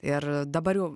ir dabar jau